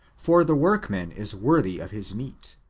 for the workman is worthy of his meat.